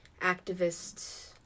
activists